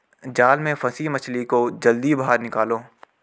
जाल में फसी मछली को जल्दी बाहर निकालो